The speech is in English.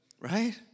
right